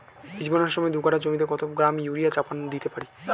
বীজ বোনার সময় দু কাঠা জমিতে কত গ্রাম ইউরিয়া চাপান দিতে পারি?